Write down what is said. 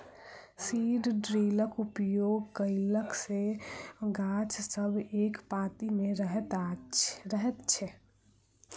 seed ड्रिलक उपयोग कयला सॅ गाछ सब एक पाँती मे रहैत छै